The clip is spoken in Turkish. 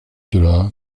durağı